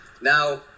now